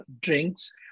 drinks